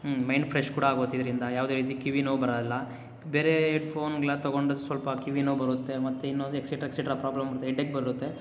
mind fresh ಕೂಡ ಆಗುತ್ತೆ ಇದರಿಂದ ಯಾವುದೇ ರೀತಿ ಕಿವಿನೋವು ಬರೋಲ್ಲ ಬೇರೆ ಹೆಡ್ಫೋನ್ಗ್ಳೆಲ್ಲ ತೊಗೊಂಡು ಸ್ವಲ್ಪ ಕಿವಿನೋವು ಬರುತ್ತೆ ಮತ್ತು ಇನ್ನೊಂದು ಎಕ್ಸಿಟ್ರ ಎಕ್ಸಿಟ್ರ ಪ್ರಾಬ್ಲಮ್ ಬರುತ್ತೆ ಹೆಡ್ಡೇಕ್ ಬರುತ್ತೆ